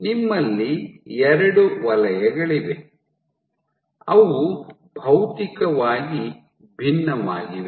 ನಿಮ್ಮಲ್ಲಿ ಎರಡು ವಲಯಗಳಿವೆ ಅವು ಭೌತಿಕವಾಗಿ ಭಿನ್ನವಾಗಿದೆ